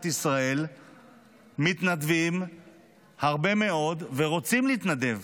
ישראל מתנדבים הרבה מאוד ורוצים להתנדב.